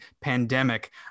pandemic